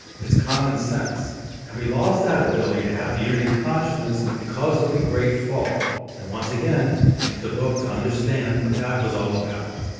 it's common sense and we lost that ability to have unity consciousness because of the great fall and once again get the book to understand what that was all about.